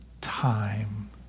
time